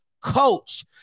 Coach